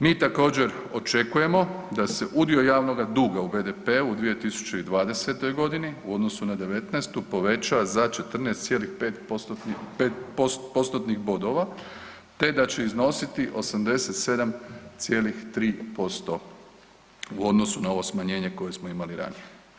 Mi također očekujemo da se udio javnog duga u BDP-u u 2020. godini u odnosu na 2019. poveća za 14,5%-nih bodova te da će iznositi 87,3% u odnosu na ovo smanjenje koje smo imali ranije.